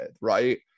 right